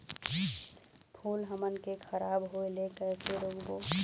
फूल हमन के खराब होए ले कैसे रोकबो?